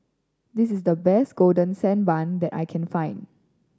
this is the best Golden Sand Bun that I can find